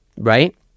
Right